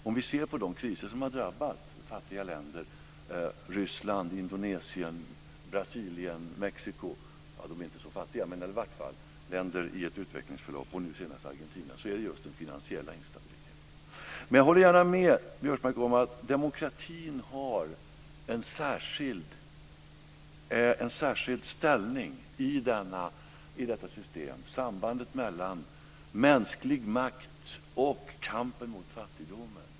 Om vi ser på de kriser som har drabbat fattiga länder som Ryssland, Indonesien, Brasilien, Mexiko och nu senast Argentina - de är inte så fattiga, men de är i varje fall i ett utvecklingsförlopp - är det just den finansiella instabiliteten. Jag håller gärna med Biörsmark om att demokratin har en särskild ställning i detta system: sambandet mellan mänskligt makt och kampen mot fattigdomen.